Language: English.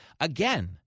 Again